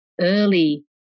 early